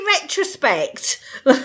retrospect